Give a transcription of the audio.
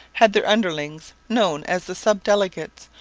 had their underlings, known as the sub-delegates,